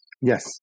Yes